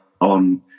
on